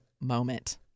moment